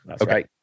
Okay